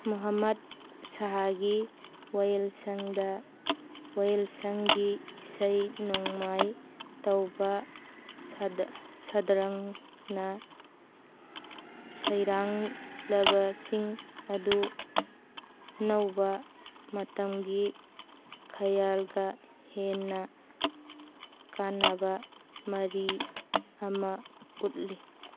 ꯃꯣꯍꯃꯠ ꯁꯍꯥꯒꯤ ꯋꯥꯌꯦꯜꯁꯪꯗ ꯋꯥꯌꯦꯜꯁꯪꯒꯤ ꯏꯁꯩ ꯅꯣꯡꯃꯥꯏ ꯇꯧꯕ ꯁꯗ꯭ꯔꯪꯅ ꯁꯩꯔꯥꯡꯂꯕꯁꯤꯡ ꯑꯗꯨ ꯑꯅꯧꯕ ꯃꯇꯝꯒꯤ ꯈꯌꯥꯜꯒ ꯍꯦꯟꯅ ꯀꯥꯅꯕ ꯃꯔꯤ ꯑꯃ ꯎꯠꯂꯤ